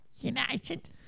United